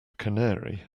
canary